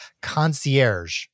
concierge